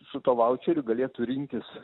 su tuo vaučeriu galėtų rinktis